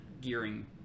gearing